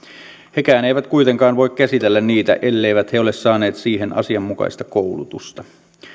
hekään eivät kuitenkaan voi käsitellä niitä elleivät he ole saaneet siihen asianmukaista koulutusta